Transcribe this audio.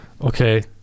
Okay